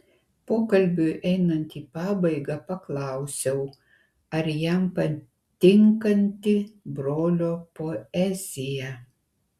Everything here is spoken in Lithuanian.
pokalbiui einant į pabaigą paklausiau ar jam patinkanti brolio poezija